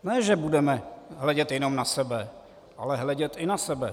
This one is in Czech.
Ne že budeme hledět jenom na sebe, ale hledět i na sebe.